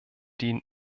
den